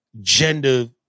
Gender